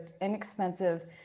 inexpensive